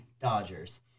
Dodgers